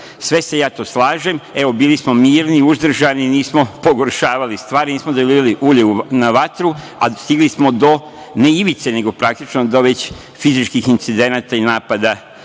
se ja to slažem, evo, bili smo mirni, uzdržani, nismo pogoršavali stvari, nismo dolivali ulje na vatru, a stigli smo do ne ivice, nego praktično do već fizičkih incidenata i napada